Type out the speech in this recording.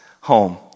home